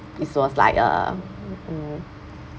is was like uh mm